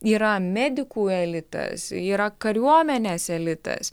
yra medikų elitas yra kariuomenės elitas